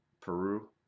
Peru